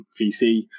VC